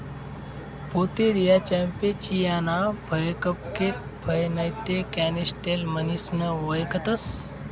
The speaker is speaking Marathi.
पोतेरिया कॅम्पेचियाना फय कपकेक फय नैते कॅनिस्टेल म्हणीसन वयखतंस